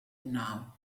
now